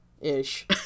Ish